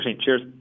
Cheers